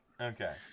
okay